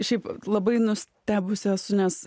šiaip labai nustebusi esu nes